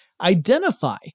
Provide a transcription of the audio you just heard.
identify